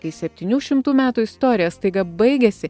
kai septynių šimtų metų istorija staiga baigiasi